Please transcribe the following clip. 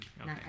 Okay